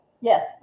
Yes